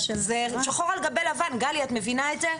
זה שחור על גבי לבן, גלי את מבינה את זה?